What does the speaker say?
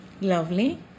Lovely